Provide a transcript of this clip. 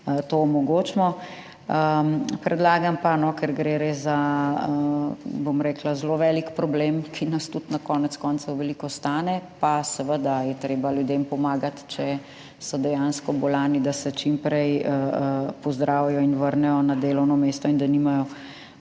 to omogočimo. Predlagam pa, ker gre res za zelo velik problem, ki nas tudi na koncu koncev veliko stane, seveda je treba ljudem tudi pomagati, če so dejansko bolni, da se čim prej pozdravijo in vrnejo na delovno mesto in da nimajo